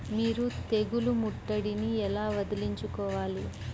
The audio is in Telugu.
మీరు తెగులు ముట్టడిని ఎలా వదిలించుకోవాలి?